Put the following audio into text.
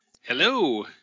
Hello